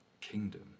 kingdom